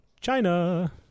China